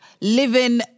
living